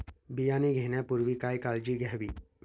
बियाणे घेण्यापूर्वी काय काळजी घ्यावी?